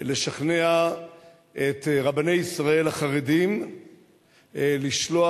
לשכנע את רבני ישראל החרדים לשלוח